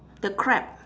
the crab